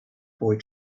boy